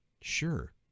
sure